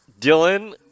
Dylan